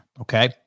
Okay